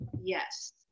yes